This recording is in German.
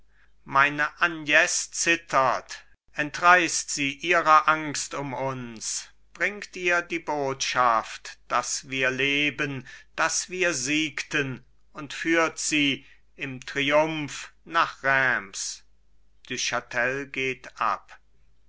meine agnes zittert entreißt sie ihrer angst um uns bringt ihr die botschaft daß wir leben daß wir siegten und führt sie im triumph nach reims du chatel geht ab